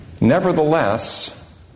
Nevertheless